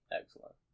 Excellent